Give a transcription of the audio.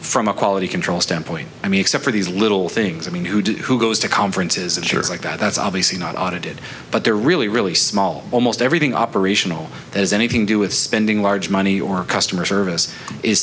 from a quality control standpoint i mean except for these little things i mean who do who goes to conferences and shirts like that that's obviously not audited but they're really really small almost everything operational as anything to do with spending large money or customer service is